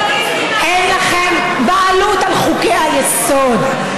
אין לכם בעלות על חוקי-היסוד.